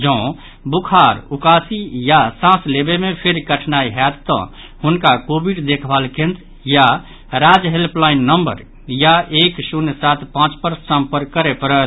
जौ बुखार उकासी या सांस लेबय मे फेर कठिनाई होयत तऽ हुनका कोविड देखभाल केंद्र या राज्य हेल्पलाईन नम्बर या एक शून्य सात पांच पर संपर्क करय पड़त